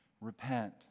Repent